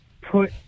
put